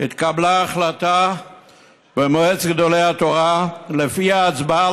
התקבלה החלטה במועצת גדולי התורה ולפיה הצבעה